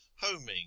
homing